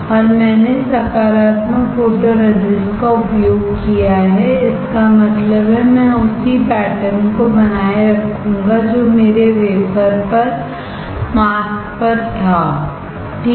और मैंने सकारात्मक फोटोरेजिस्ट का उपयोग किया है इसका मतलब है मैं उसी पैटर्न को बनाए रखूंगा जो मेरे वेफ़र पर मास्क पर था ठीक